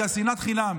בגלל שנאת חינם.